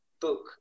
book